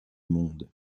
monde